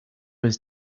his